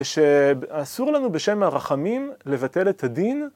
שאסור לנו בשם הרחמים לבטל את הדין.